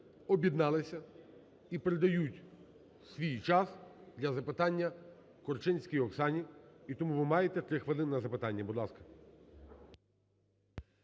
об'єдналися і передають свій час для запитання Корчинській Оксані. І тому ви маєте три хвилин на запитання, будь ласка.